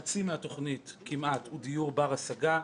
כמעט חצי מהתוכנית הוא דיור בר-השגה.